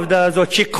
שכל העולם,